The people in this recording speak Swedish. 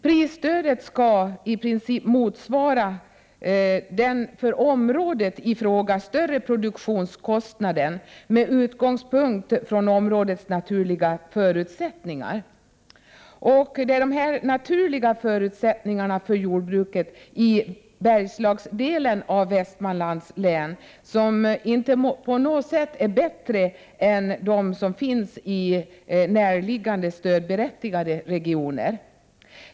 Prisstödet skall i princip motsvara den för området i fråga större produktionskostnaden med utgångspunkt i områdets naturliga förutsättningar. De naturliga förutsättningarna för jordbruket i bergslagsdelen av Västmanlands län är inte på något vis bättre än vad de är i närliggande stödberättigade regioner.